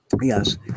Yes